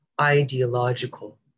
ideological